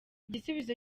igisubizo